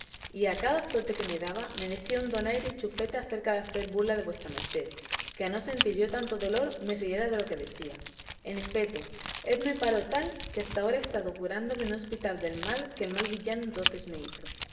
a cada azote que me daba me decía un donaire y chufeta acerca de hacer burla de vuestra merced que a no sentir yo tanto dolor me riera de lo que decía en efeto él me paró tal que hasta ahora he estado curándome en un hospital del mal que el mal villano entonces me hizo